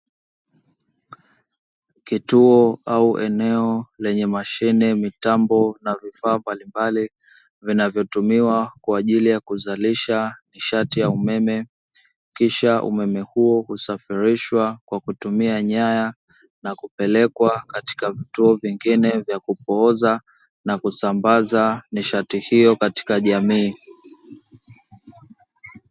Kituo au eneo lenye mashine, mitambo na vifaa mbalimbali vinavyotumika kwa ajili ya kuzalisha nishati ya umeme, kisha umeme huo kusafirishwa kwa kutumia nyaya na kupelekwa katika vituo vingine vya kupoza na kusambaza nishati hiyo katika jamii.